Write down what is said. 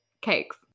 cakes